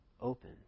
open